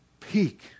peak